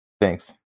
Thanks